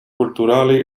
culturali